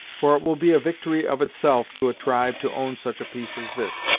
for, it will be a victory of itself to a tribe to own such a piece as this!